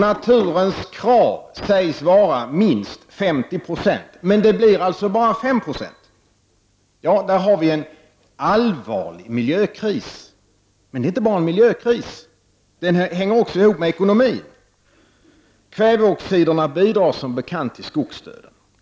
Naturens krav sägs vara minst 50 96. Men det blir alltså bara 5 90! Där har vi en allvarlig miljökris. Men det är inte bara en miljökris. Det hela hänger samman med ekonomin. Kväveoxiderna bidrar som bekant till skogsdöden.